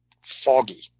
foggy